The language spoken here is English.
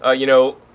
ah you know,